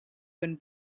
when